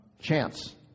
chance